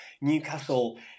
Newcastle